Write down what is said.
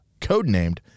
codenamed